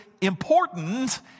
important